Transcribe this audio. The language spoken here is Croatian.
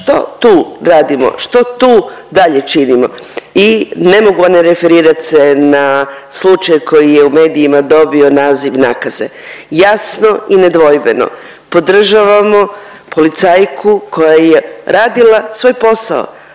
Što tu radimo, što tu dalje činimo, a ne mogu a ne referirat se na slučaj koji je u medijima dobio naziv nakaze. Jasno i nedvojbeno podržavamo policajku koja je radila svoj posao,